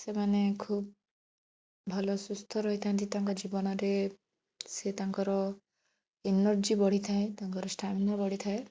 ସେମାନେ ଖୁବ୍ ଭଲ ସୁସ୍ଥ ରହିଥାନ୍ତି ତାଙ୍କ ଜୀବନରେ ସେ ତାଙ୍କର ଏନର୍ଜି ବଢ଼ିଥାଏ ତାଙ୍କର ଷ୍ଟାମିନା ବଢ଼ିଥାଏ